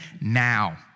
now